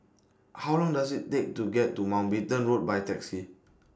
How Long Does IT Take to get to Mountbatten Road By Taxi